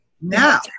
Now